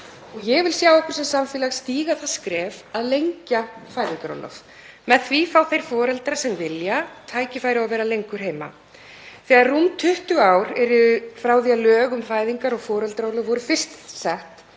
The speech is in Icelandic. Ég vil sjá okkur sem samfélag stíga það skref að lengja fæðingarorlof. Með því fá þeir foreldrar sem vilja tækifæri á að vera lengur heima. Þegar rúm 20 ár eru frá því að lög um fæðingar- og foreldraorlof voru fyrst sett